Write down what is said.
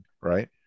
right